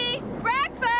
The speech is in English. breakfast